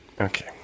Okay